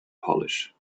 polish